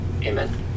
Amen